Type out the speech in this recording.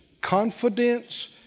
confidence